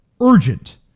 urgent